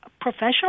professional